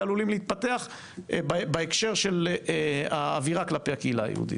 עלולים להתפתח בהקשר של האווירה כלפי הקהילה היהודית.